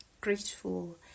grateful